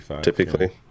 typically